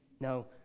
No